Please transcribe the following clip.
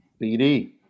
BD